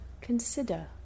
consider